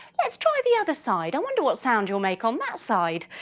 let's try the other side. i wonder what sound you'll make on that side?